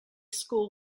school